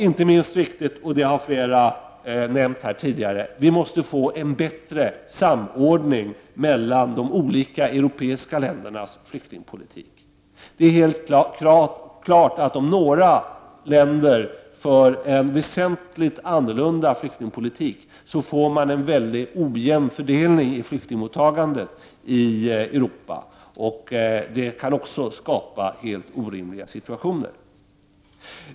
Inte minst viktigt är det, vilket flera talare har nämnt här tidigare, att vi får en bättre samordning när det gäller flyktingpolitiken mellan de olika europeiska länderna. Det är helt klart att om några länder för en väsentligt annorlunda flyktingpolitik än övriga blir fördelningen mycket ojämn i fråga om flyktingmottagandet i Europa. Det kan också skapa helt orimliga situationer.